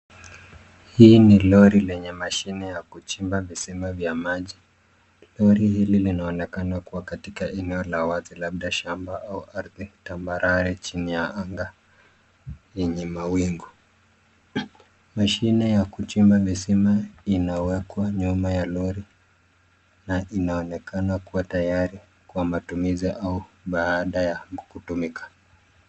Hili ni lori lenye mashini ya kuchimmba visima vya maji. Lori linaonekana kuwa katika eneo la wazi au ardhi tambarare chini ya anga yenye mawingu. Mashini ya kuchimba milima inawekwa nyuma ya Lori na inaonekana kuwa tayari kwa matumizi au baada ya kutumika .